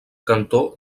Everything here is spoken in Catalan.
cantó